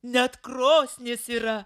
net krosnis yra